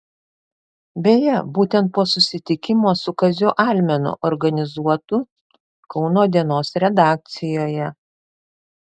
beje būtent po susitikimo su kaziu almenu organizuotu kauno dienos redakcijoje